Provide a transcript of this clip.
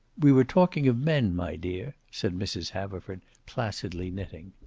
we were talking of men, my dear, said mrs. haverford, placidly knitting.